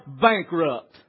bankrupt